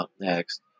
next